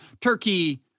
Turkey-